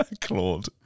Claude